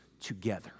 together